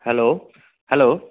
hello hello